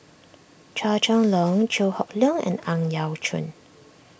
Chua Chong Long Chew Hock Leong and Ang Yau Choon